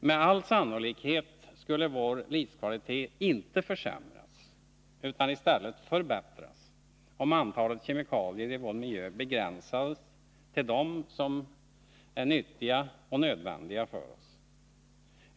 Med all sannolikhet skulle vår livskvalitet inte försämras utan i stället förbättras om antalet kemikalier i vår miljö begränsades till de för oss nyttiga och nödvändiga.